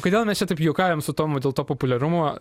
kodėl mes čia taip juokaujam su tomu dėl to populiarumo